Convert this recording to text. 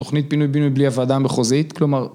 תוכנית פינוי בינוי בלי הוועדה המחוזית, כלומר